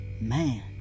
man